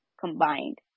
combined